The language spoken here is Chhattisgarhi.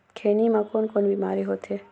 खैनी म कौन कौन बीमारी होथे?